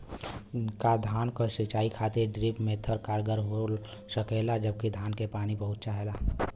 का धान क सिंचाई खातिर ड्रिप मेथड कारगर हो सकेला जबकि धान के पानी बहुत चाहेला?